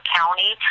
county